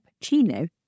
cappuccino